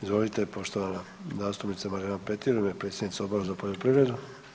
Izvolite, poštovana zastupnica Marijana Petir u ime predsjednice Odbora za poljoprivredu.